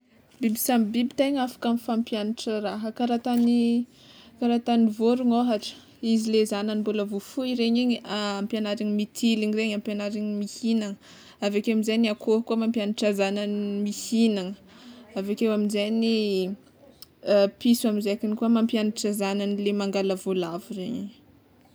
Biby samy biby tegna afaka mifampiagnatry raha kara ataon'ny kara ataon'ny vorogno ohatra, izy le zanany mbola vao foy regny igny, ampiagnariny mitiligny regny ampiagnariny mihignana, aveke amizay ny akoho koa mampiagnatra zanany mihignana, aveke amizay piso amizay igny koa mampiagnatra zanany le mangala valavo zegny.